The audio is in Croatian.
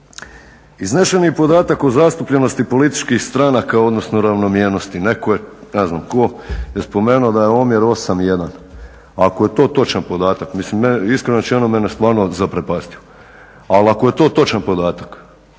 Iznesen je i podatak o zastupljenosti političkih stranaka odnosno ravnomjernosti. Netko je, ne znam tko, spomenuo da je omjer 8:1. Ako je to točan podatak, iskreno rečeno mene je stvarno zaprepastio, ali ako je to točan podatak